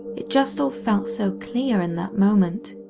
it just all felt so clear in that moment.